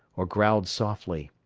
or growled softly,